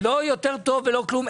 זה לא טוב יותר ולא כלום.